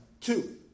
Two